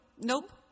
Nope